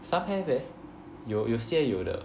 sometimes have 有有些有的